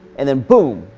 and then boom!